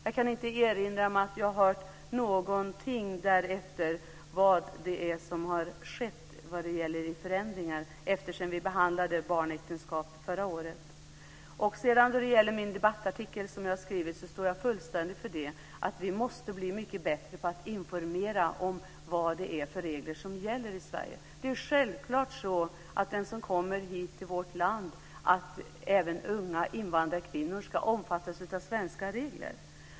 Jag kan inte erinra mig att jag har hört någonting om vad som har skett vad gäller förändringar efter det att vi behandlade frågan om barnäktenskap förra året. När det sedan gäller min debattartikel står jag fullständigt för att vi måste bli mycket bättre på att informera om vad det är för regler som gäller i Sverige. Det är självklart så att de som kommer hit till vårt land, även unga invandrarkvinnor, ska omfattas av svenska regler.